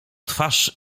twarz